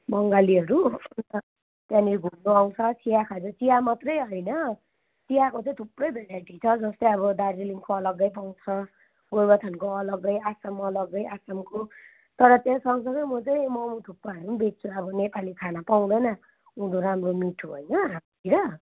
बङ्गालीहरू अन्त त्यहाँनिर घुम्नु आउँछ चिया खाजा चिया मात्रै होइन चियाको चाहिँ थुप्रै भेराइटी छ जस्तै अब दार्जिलिङको अलग्गै पाउँछ गोरुबथानको अलग्गै आसाम अलग्गै आसामको तर त्यो सगँसगैँ म चाहिँ मोमो थुक्पाहरू पनि बेच्छु अब नेपाली खाना पाउँदैन उँधो राम्रो मिठो होइन त्यहाँतिर